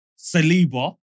Saliba